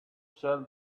sell